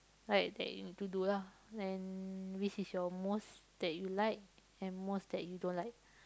like that you need do lah then which is your most that you like and most that you don't like